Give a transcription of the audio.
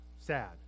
sad